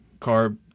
carb